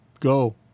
Go